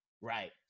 right